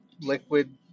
liquid